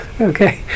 Okay